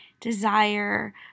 desire